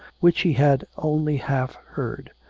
which he had only half heard.